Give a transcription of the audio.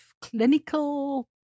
clinical